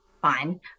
fine